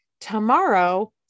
tomorrow